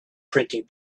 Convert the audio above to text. printing